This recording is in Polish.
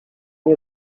nie